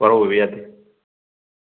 ꯋꯥꯔꯧꯕꯤꯕ ꯌꯥꯗꯦ